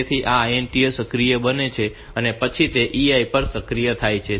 તેથી આ INTA સક્રિય બને છે અને પછી EI પણ સક્રિય થાય છે